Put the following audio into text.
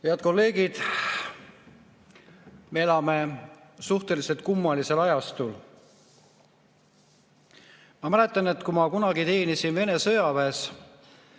Head kolleegid! Me elame suhteliselt kummalisel ajastul. Ma mäletan, et kui ma kunagi teenisin Vene sõjaväes,